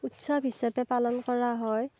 উৎসৱ হিচাপে পালন কৰা হয়